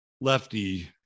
lefty